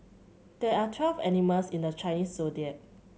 there are twelve animals in the Chinese Zodiac